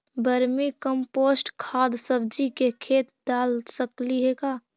Vermi compost खाद सब्जी के खेत दाल सकली हे का?